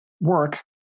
work